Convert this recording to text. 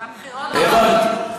הבנתי.